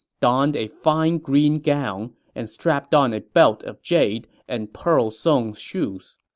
donned a fine green gown, and strapped on a belt of jade and pearl-sewn shoes.